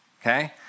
okay